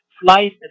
flight